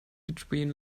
between